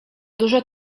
dużo